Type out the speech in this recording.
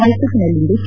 ಮೈಸೂರಿನಲ್ಲಿಂದು ಕೆ